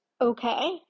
okay